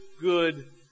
good